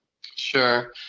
Sure